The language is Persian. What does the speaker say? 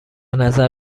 نظر